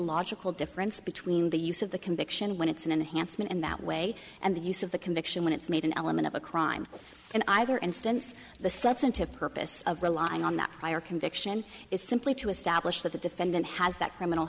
logical difference between the use of the conviction when it's an enhancement in that way and the use of the conviction when it's made an element of a crime in either instance the substantive purpose of relying on that prior conviction is simply to establish that the defendant has that criminal